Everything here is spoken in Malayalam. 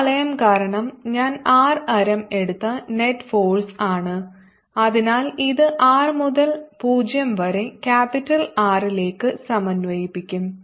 ഈ വളയം കാരണം ഞാൻ r ആരം എടുത്ത നെറ്റ് ഫോഴ്സ് ആണ് അതിനാൽ ഇത് r മുതൽ 0 വരെ ക്യാപിറ്റൽ R ലേക്ക് സമന്വയിപ്പിക്കും